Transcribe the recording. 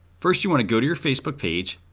first, you wanna go to your facebook page.